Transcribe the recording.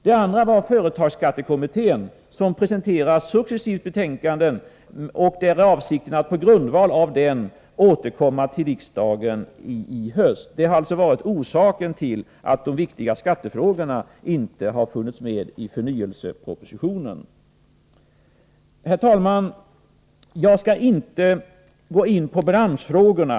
Sedan hade vi företagsskattekommittén, som successivt presenterade sina betänkanden. Avsikten har varit att på grundval härav återkomma till riksdagen i höst. Detta är alltså orsaken till att de viktiga skattefrågorna inte finns med i förnyelsepropositionen. Herr talman! Jag skall inte gå in på branschfrågorna.